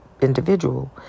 individual